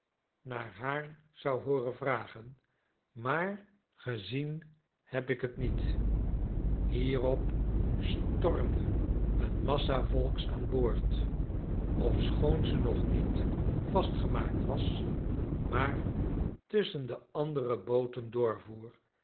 naar haar zou hooren vragen maar gezien heb ik t niet hierop stormde een massa volks aanboord ofschoon ze nog niet vastgemaakt was maar tusschen de andere booten doorvoer